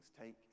take